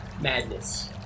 Madness